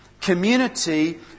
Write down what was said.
Community